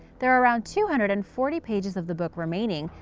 there are around two hundred and forty pages of the book remaining,